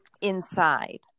inside